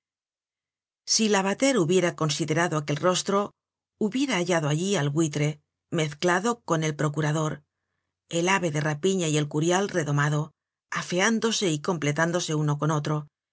si lavater hubiera considerado aquel rostro hubiera hallado allí al buitre mezclado con el procurador el ave de rapiña y el curial redomado afeándose y completándose uno con otro el